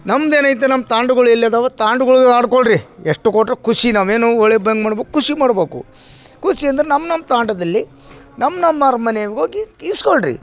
ನಮ್ದು ಏನಿದೆ ನಮ್ಮ ತಾಂಡಗಳ್ ಎಲ್ಲಿ ಅದಾವ ತಾಂಡಗಳಲ್ಲಿ ಆಡ್ಕೊಳ್ರಿ ಎಷ್ಟು ಕೊಟ್ರು ಖುಷಿ ನಾವು ಏನು ಒಳ್ಳೇದು ಏನು ಮಾಡ್ಬೇಕು ಖುಷಿ ಮಾಡ್ಬೇಕು ಖುಷಿ ಅಂದ್ರೆ ನಮ್ಮ ನಮ್ಮ ತಾಂಡದಲ್ಲಿ ನಮ್ಮ ನಮ್ಮ ಅವ್ರ ಮನೆಗೆ ಹೋಗಿ ಈಸ್ಕೊಳ್ರೀ